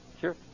sure